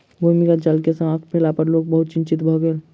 भूमिगत जल के समाप्त भेला पर लोक बहुत चिंतित भ गेल